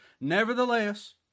Nevertheless